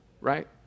right